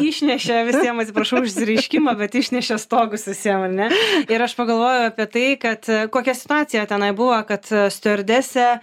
išnešė visiem atsiprašau už išsireiškimą bet išnešė stogus visiem ar ne ir aš pagalvojau apie tai kad kokia situacija tenai buvo kad stiuardesė